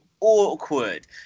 awkward